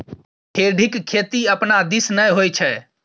खेढ़ीक खेती अपना दिस नै होए छै